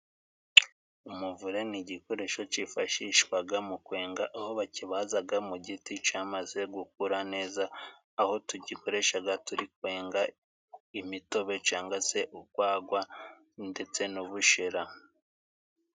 Umuvure ni igikoresho cyifashishwa mu kwenga, aho bakibaza mu giti cyamaze gukura neza, aho tugikoresha turi kwenga imitobe, cyangwa se urwagwa, ndetse n'ubushyera.